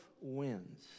wins